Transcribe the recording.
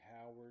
Howard